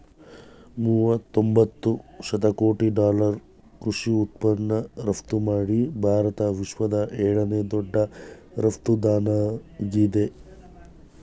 ಮೂವತೊಂಬತ್ತು ಶತಕೋಟಿ ಡಾಲರ್ ಕೃಷಿ ಉತ್ಪನ್ನ ರಫ್ತುಮಾಡಿ ಭಾರತ ವಿಶ್ವದ ಏಳನೇ ದೊಡ್ಡ ರಫ್ತುದಾರ್ನಾಗಿದೆ